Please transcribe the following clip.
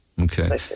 Okay